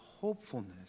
hopefulness